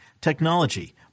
technology